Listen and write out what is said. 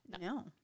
No